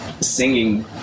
singing